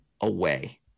away